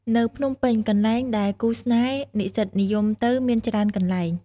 នៅភ្នំពេញ កន្លែងដែលគូស្នេហ៍និស្សិតនិយមទៅមានច្រើនកន្លែង។